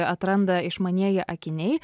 atranda išmanieji akiniai